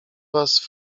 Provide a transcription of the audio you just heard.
was